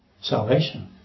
Salvation